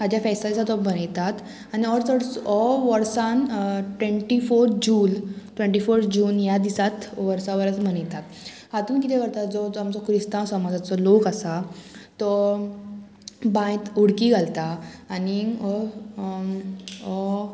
हाज्या फेस्ता दिसा तो मनयतात आनी होच चडसो हो वर्सान twenty four June twenty four June ह्या दिसांत वर्सांन वरस मनयतात हातून कितें करता जो आमचो क्रिस्तांव समाजाचो लोक आसा तो बांयत उडकी घालता आनी हो